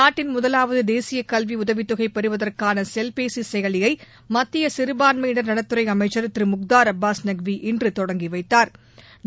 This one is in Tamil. நாட்டின் முதலாவது தேசிய கல்வி உதவித்தொகை பெறுவதற்கான செல்பேசி செயலியை மத்திய சிறுபான்மையினா் நலத்துறை அமைக்கா் திரு முக்தாா் அப்பாஸ் நக்வி இன்று தொடங்கி வைத்தாா்